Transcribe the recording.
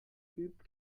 übt